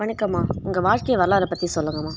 வணக்கம்மா உங்கள் வாழ்க்கை வரலாறை பற்றி சொல்லுங்கம்மா